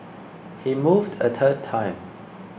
he moved a third time